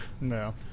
No